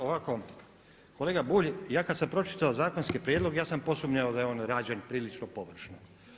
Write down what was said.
Ovako kolega Bulj, ja kada sam pročitao zakonski prijedlog ja sam posumnjao da je on rađen prilično površno.